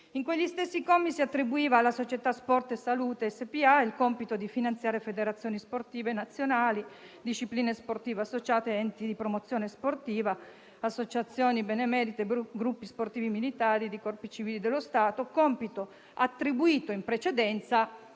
In quegli stessi commi si attribuiva alla società Sport e Salute SpA il compito di finanziare federazioni sportive nazionali, discipline sportive associate, enti di promozione sportiva, associazioni benemerite, gruppi sportivi militari e di corpi civili dello Stato; funzione, questa, attribuita in precedenza